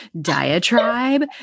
diatribe